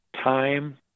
time